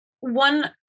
one